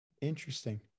Interesting